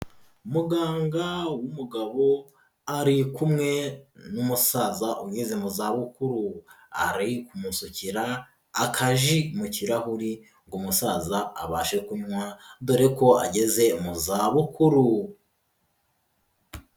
Muganga w'umugabo ari kumwe n'umusaza ugeze mu za bukuru ari kumusukira akaji mu kirahuri ngo umusaza abashe kunywa, dore ko ageze mu za bukuru.